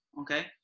Okay